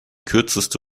kürzeste